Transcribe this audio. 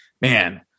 man